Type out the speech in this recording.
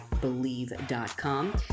Believe.com